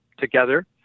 together